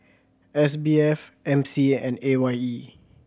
S B F M C A and A Y E